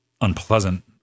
unpleasant